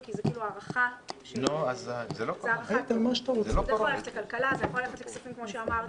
זה נושא שהוא יותר מתאים או לכספים או לכלכלה.